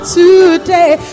today